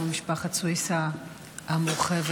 משפחת סויסה המורחבת,